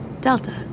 Delta